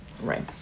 Right